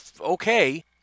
okay